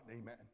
Amen